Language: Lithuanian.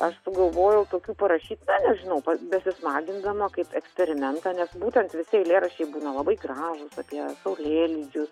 aš sugalvojau tokių parašyt na nežinau pa besismagindama eksperimentą nes būtent visi eilėraščiai būna labai gražūs apie saulėlydžius